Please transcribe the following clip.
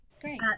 Great